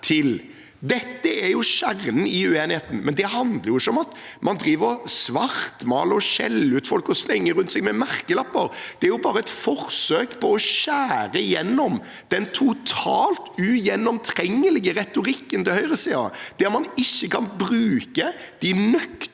Dette er kjernen i uenigheten. Det handler ikke om at man driver og svartmaler, skjeller ut folk og slenger rundt seg med merkelapper. Det er bare et forsøk på å skjære gjennom den totalt ugjennomtrengelige retorikken til høyresiden, der man ikke kan bruke de nøkterne